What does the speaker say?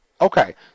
okay